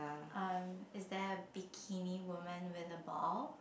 um is there a bikini woman with a ball